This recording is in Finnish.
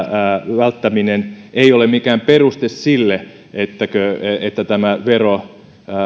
välttämiseen ei ole mikään peruste sille ettei tämä vero